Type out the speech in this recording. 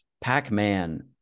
Pac-Man